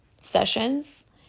sessions